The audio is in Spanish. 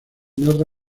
narra